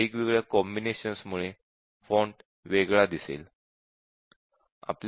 वेगवेगळ्या कॉम्बिनेशन्स मुळे फॉन्ट वेगळा दिसेल